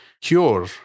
cure